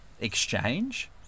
exchange